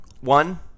one